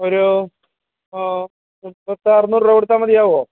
ഒരു മൊത്തം അറുനൂറ് രൂപ കൊടുത്താൽ മതിയാവോ